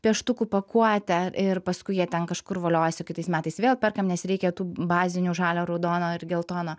pieštukų pakuotę ir paskui jie ten kažkur voliojasi kitais metais vėl perkam nes reikia tų bazinių žalio raudono ir geltono